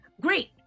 Great